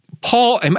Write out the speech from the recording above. Paul